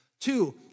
Two